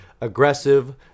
aggressive